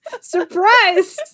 Surprise